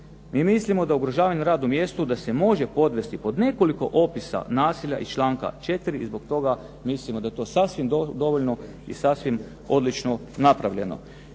Mi mislimo da ugrožavanje na radnom mjestu da se može podvesti pod nekoliko opisa nasilja iz članka 4. i zbog toga mislimo da je to sasvim dovoljno i sasvim odlično napravljeno.